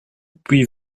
puis